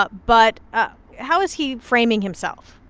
but but ah how is he framing himself?